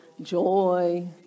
joy